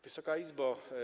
Wysoka Izbo!